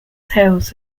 sales